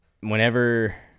whenever